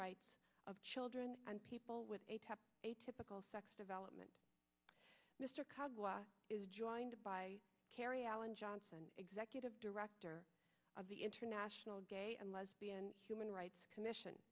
rights of children and people with a typical sex development is joined by carry on johnson executive director of the international gay and lesbian human rights commission